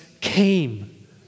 came